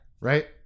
Right